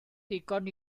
ddigon